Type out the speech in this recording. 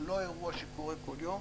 הוא לא אירוע שקורה כל יום,